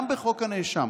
גם בחוק הנאשם